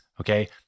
Okay